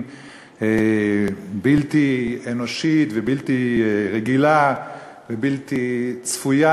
בלתי אנושית ובלתי רגילה ובלתי צפויה,